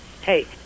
Hey